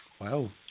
Wow